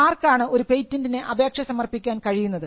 ആർക്കാണ് ഒരു പേറ്റന്റിന് അപേക്ഷ സമർപ്പിക്കാൻ കഴിയുന്നത്